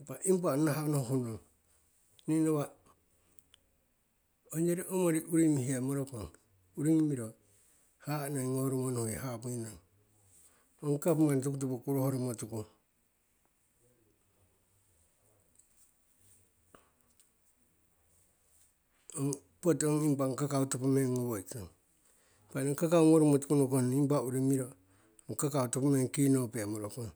impa, impa ong nahah onohuh nong, ni nawa'a ongyori omori uri mihe morokong, uringi miro haha'a noi ngorumo nuhe hamuinong. ong gavman tokutopo kurohoromo tuku ong poti ong impang ong kakau topo meng ngowoitong, tiko ni ong kakau ngoworomo tuku, nokoh nong, ni impa owo uri miro ong kakau topo meng kinope morokong.